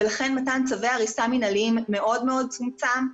ולכן מתן צווי הריסה מינהליים מאוד מאוד צומצם,